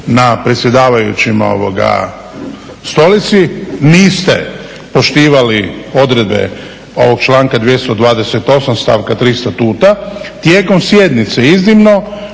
na predsjedavajućoj stolici niste poštivali odredbe ovog članka 228. stavka 3. Statuta, tijekom sjednice iznimno